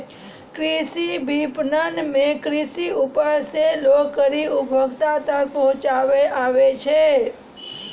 कृषि विपणन मे कृषि उपज से लै करी उपभोक्ता तक पहुचाबै आबै छै